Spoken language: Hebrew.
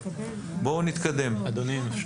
אדוני, אם אפשר?